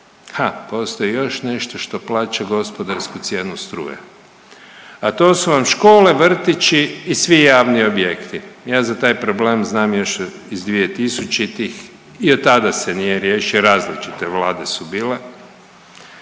Ha, postoji još nešto što plaća gospodarsku cijenu struje, a to su vam škole, vrtići i svi javni objekti. Ja za taj problem znam još iz dvije tisućitih i od tada se nije riješio, različite vlade su bile